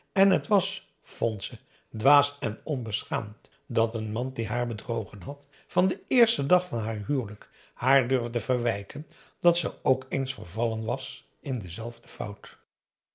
en het was vond ze dwaas en onbeschaamd dat een man die haar bedrogen had van den eersten dag van haar huwelijk haar durfde verwijten dat ze ook eens vervallen was in dezelfde fout